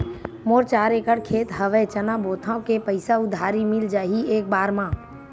मोर चार एकड़ खेत हवे चना बोथव के पईसा उधारी मिल जाही एक बार मा?